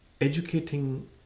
educating